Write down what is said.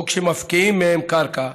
או כשמפקיעים מהם קרקע,